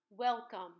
Welcome